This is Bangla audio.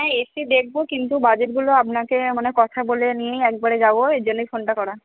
হ্যাঁ এসে দেখবো কিন্তু বাজেটগুলো আপনাকে মানে কথা বলে নিয়েই একবারে যাব এরজন্যই ফোনটা করা